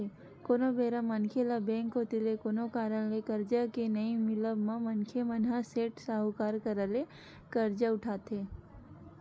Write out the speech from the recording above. कोनो बेरा मनखे ल बेंक कोती ले कोनो कारन ले करजा के नइ मिलब म मनखे मन ह सेठ, साहूकार करा ले करजा उठाथे